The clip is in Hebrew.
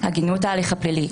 הגינות ההליך הפלילי,